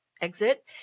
exit